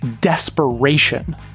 desperation